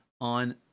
on